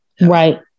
Right